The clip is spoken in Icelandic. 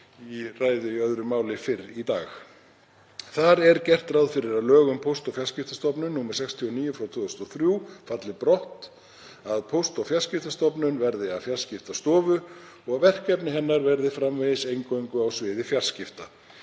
Þar er gert ráð fyrir að lög um Póst- og fjarskiptastofnun, nr. 69/2003, falli brott, að Póst- og fjarskiptastofnun verði að Fjarskiptastofu og verkefni hennar verði framvegis eingöngu á sviði fjarskipta.